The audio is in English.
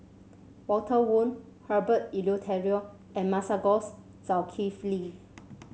Walter Woon Herbert Eleuterio and Masagos Zulkifli